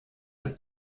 als